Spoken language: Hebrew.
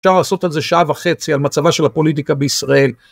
אפשר לעשות על זה שעה וחצי על מצבה של הפוליטיקה בישראל.